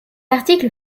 article